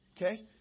Okay